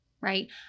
right